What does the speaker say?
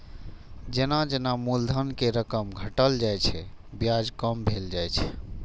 जेना जेना मूलधन के रकम घटल जाइ छै, ब्याज कम भेल जाइ छै